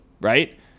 Right